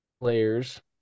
players